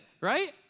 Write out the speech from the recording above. right